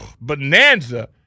bonanza